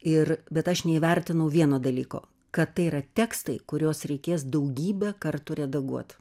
ir bet aš neįvertinau vieno dalyko kad tai yra tekstai kuriuos reikės daugybę kartų redaguot